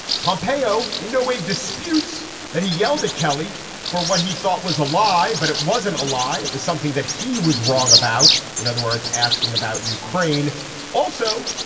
pompeo in no way disputes that. he yelled at kelly for what he thought was a lie. but it wasn't a lie. it was something that he was wrong about. in other words, asking about ukraine also.